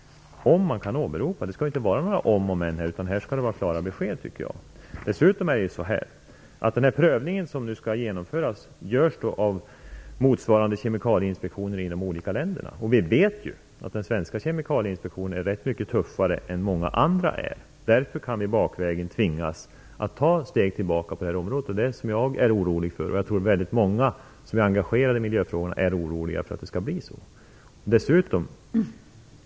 Det skall inte vara några om och men utan klara besked. Den prövning som nu skall genomföras görs av motsvarigheter till Kemikalieinspektionen i olika länder. Vi vet att den svenska inspektionen är mycket tuffare än i många andra länder. Därför kan vi bakvägen tvingas att ta ett steg tillbaka på det här området. Det är jag orolig för, och jag tror att väldigt många som är engagerade i miljöfrågor är oroliga för att det skall bli så.